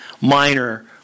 minor